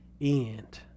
end